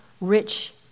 rich